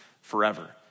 forever